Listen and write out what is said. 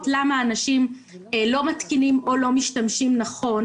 למה אנשים לא מתקינים או לא משתמשים נכון